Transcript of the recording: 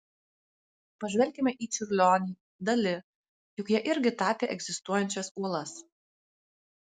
pažvelkime į čiurlionį dali juk jie irgi tapė egzistuojančias uolas